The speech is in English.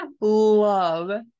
love